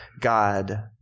God